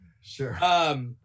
Sure